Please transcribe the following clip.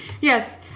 Yes